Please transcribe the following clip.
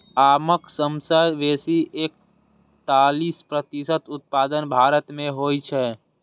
आमक सबसं बेसी एकतालीस प्रतिशत उत्पादन भारत मे होइ छै